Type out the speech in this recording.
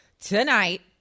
tonight